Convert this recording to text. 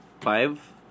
five